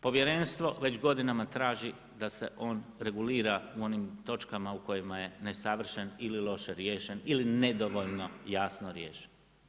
Povjerenstvo već godinama traži da se on regulira u onim točkama u kojima je nesavršen ili loše riješen ili nedovoljno jasno riješen.